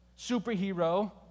superhero